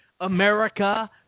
America